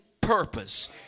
purpose